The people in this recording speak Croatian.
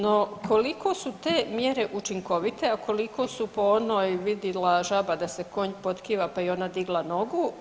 No koliko su te mjere učinkovite, a koliko su po onoj vidila žaba da se konj potkiva, pa i ona digla nogu?